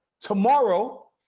tomorrow